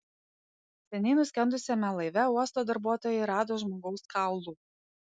seniai nuskendusiame laive uosto darbuotojai rado žmogaus kaulų